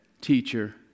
teacher